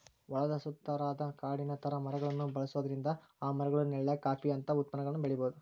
ಹೊಲದ ಸುತ್ತಾರಾದ ಕಾಡಿನ ತರ ಮರಗಳನ್ನ ಬೆಳ್ಸೋದ್ರಿಂದ ಆ ಮರಗಳ ನೆಳ್ಳಾಗ ಕಾಫಿ ಅಂತ ಉತ್ಪನ್ನಗಳನ್ನ ಬೆಳಿಬೊದು